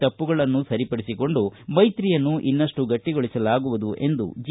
ತಪ್ಪುಗಳನ್ನು ಸರಿಪಡಿಸಿಕೊಂಡು ಮೈತ್ರಿಯನ್ನು ಇನ್ನಷ್ಟು ಗಟ್ಟಿಗೊಳಿಸಲಾಗುವುದು ಎಂದು ಜಿ